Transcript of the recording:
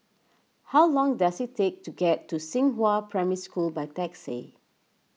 how long does it take to get to Xinghua Primary School by taxi